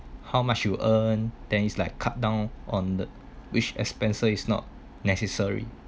how much you earn then is like cut down on the which expenses is not necessary